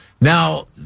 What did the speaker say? Now